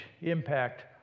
impact